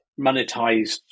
monetized